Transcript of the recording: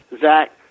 Zach